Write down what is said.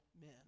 men